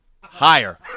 Higher